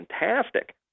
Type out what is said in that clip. fantastic